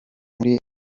muri